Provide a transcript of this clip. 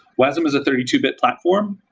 wasm is a thirty two bit platform.